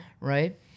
Right